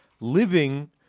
living